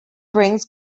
brings